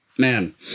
Man